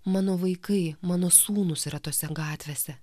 mano vaikai mano sūnus yra tose gatvėse